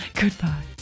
Goodbye